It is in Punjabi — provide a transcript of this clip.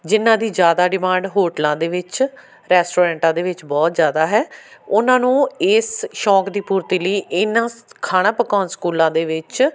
ਜਿਨ੍ਹਾਂ ਦੀ ਜ਼ਿਆਦਾ ਡਿਮਾਂਡ ਹੋਟਲਾਂ ਦੇ ਵਿੱਚ ਰੈਸਟੋਰੈਂਟਾਂ ਦੇ ਵਿੱਚ ਬਹੁਤ ਜ਼ਿਆਦਾ ਹੈ ਉਹਨਾਂ ਨੂੰ ਇਸ ਸ਼ੌਂਕ ਦੀ ਪੂਰਤੀ ਲਈ ਇਹਨਾਂ ਖਾਣਾ ਪਕਾਉਣ ਸਕੂਲਾਂ ਦੇ ਵਿੱਚ